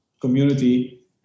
community